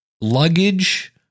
luggage